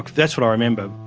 that's what i remember,